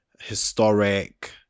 historic